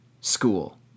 school